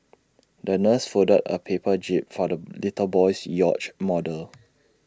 the nurse folded A paper jib for the little boy's yacht model